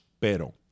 pero